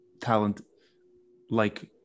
talent-like